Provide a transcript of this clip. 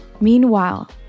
Meanwhile